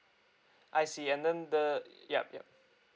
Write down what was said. I see and then the yup yup